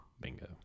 Bingo